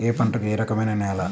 ఏ పంటకు ఏ రకమైన నేల?